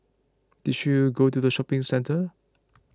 did you go to the shopping centre